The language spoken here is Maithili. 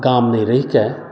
गाम नहि रहिके